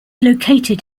located